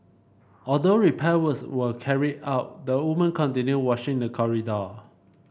although repair works were carried out the woman continued washing the corridor